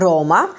Roma